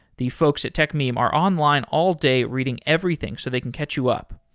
the folks at techmeme are online all day reading everything so they can catch you up.